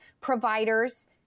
providers